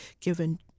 given